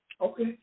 Okay